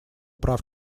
прав